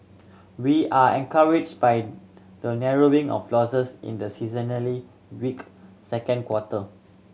we are encouraged by the narrowing of losses in the seasonally weak second quarter